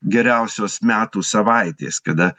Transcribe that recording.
geriausios metų savaitės kada